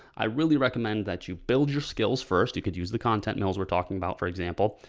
i really recommend that you build your skills first. you could use the content mills we're talking about, for example,